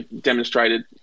demonstrated